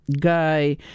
guy